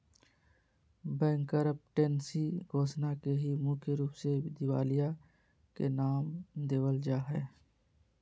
bankruptcy घोषणा के ही मुख्य रूप से दिवालिया के नाम देवल जा हय